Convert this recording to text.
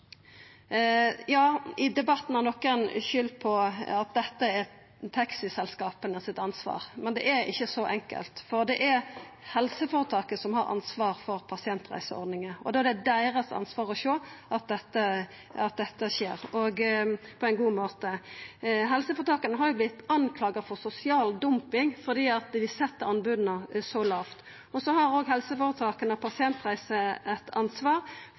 I debatten har nokon skulda på at dette er taxiselskapa sitt ansvar, men det er ikkje så enkelt, for det er helseføretaka som har ansvaret for pasientreiseordninga. Da er det deira ansvar å sjå til at dette skjer på ein god måte. Helseføretaka har vorte kritiserte for sosial dumping fordi dei sette anboda så lågt. Så har også helseføretaka og Pasientreiser eit ansvar,